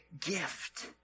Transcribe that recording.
gift